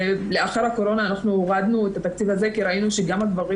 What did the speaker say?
לאחר פרוץ הקורונה הורדנו את התקציב הזה כי ראינו שגם הגברים